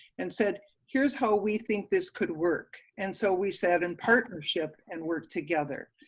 and said here's how we think this could work and so we set in partnership and worked together.